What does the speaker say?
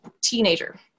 teenager